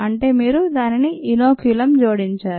అంటే మీరు దానికి ఇనోక్యులమ్ జోడించారు